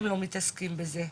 הם לא מתעסקים בזה.